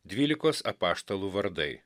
dvylikos apaštalų vardai